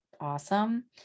awesome